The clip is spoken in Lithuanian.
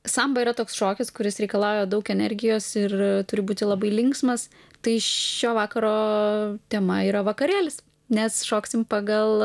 samba yra toks šokis kuris reikalauja daug energijos ir turi būti labai linksmas tai šio vakaro tema yra vakarėlis nes šoksim pagal